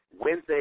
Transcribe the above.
wednesday